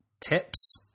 tips